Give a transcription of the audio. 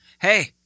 hey